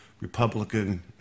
Republican